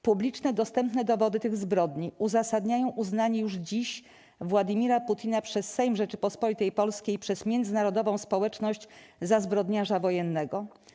Publicznie dostępne dowody tych zbrodni uzasadniają uznanie już dziś Władimira Putina przez Sejm Rzeczypospolitej Polskiej i przez międzynarodową społeczność za zbrodniarza wojennego.